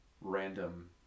random